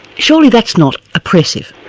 surely that's not oppressive?